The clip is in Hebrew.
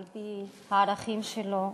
על-פי הערכים שלו,